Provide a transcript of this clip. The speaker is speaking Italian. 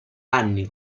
anni